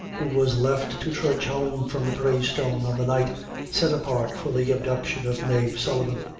who was left to trudge home from the grey stone on the night set apart for the abduction of mave sullivan.